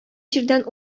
җирдән